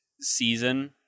season